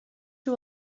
you